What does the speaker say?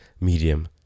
medium